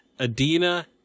Adina